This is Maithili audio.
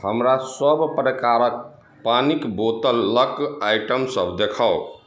हमरा सब प्रकारक पानिक बोतलक आइटम सब देखाउ